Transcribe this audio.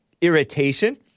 irritation